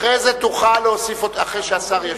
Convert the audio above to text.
אחרי זה תוכל להוסיף עוד, אחרי שהשר ישיב.